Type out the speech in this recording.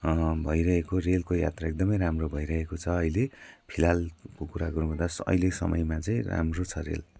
भइरहेको रेलको यात्रा एकदम राम्रो भइरहेको छ अहिले फिलहालको कुरा गरौँ भन्दा स अहिले समयमा चाहिँ राम्रो छ रेल